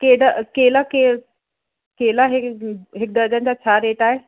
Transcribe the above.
कहिड़ा केला केर केला हिकु दर्जन जा छा रेट आहे